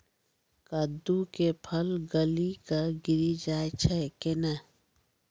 कददु के फल गली कऽ गिरी जाय छै कैने?